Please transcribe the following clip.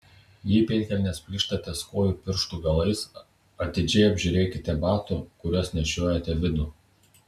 jei pėdkelnės plyšta ties kojų pirštų galais atidžiai apžiūrėkite batų kuriuos nešiojate vidų